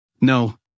No